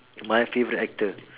my favourite actor